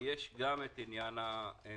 ויש גם את עניין המסעדות.